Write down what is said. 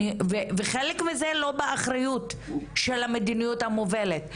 וחלק מזה לא באחריות של המדיניות המובלת,